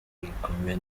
rukomeye